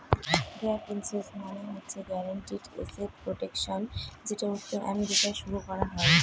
gap insurance মানে হচ্ছে guaranteed asset protection যেটা উত্তর আমেরিকায় শুরু করা হয়